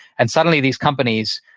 and suddenly these companies,